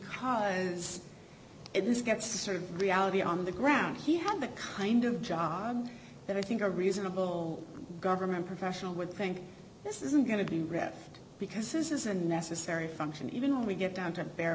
because it does get sort of reality on the ground he had the kind of job that i think a reasonable government professional would think this isn't going to be read because this is a necessary function even when we get down to bare